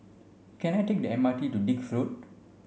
can I take the M R T to Dix Road